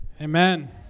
Amen